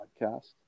podcast